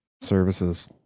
Services